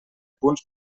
punts